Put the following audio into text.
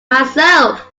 myself